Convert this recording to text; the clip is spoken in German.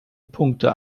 punkte